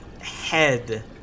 head